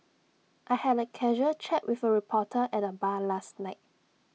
I had A casual chat with A reporter at the bar last night